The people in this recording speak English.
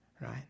right